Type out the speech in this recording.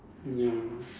ya